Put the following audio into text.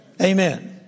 Amen